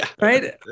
right